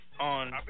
On